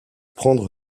prendre